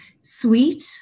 sweet